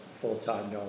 full-time